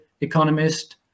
economist